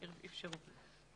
אפשרו את זה.